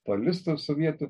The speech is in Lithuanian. talistu sovietų